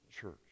church